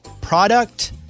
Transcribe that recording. Product